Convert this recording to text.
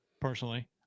Personally